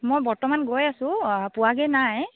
মই বৰ্তমান গৈ আছোঁ পোৱাগৈ নাই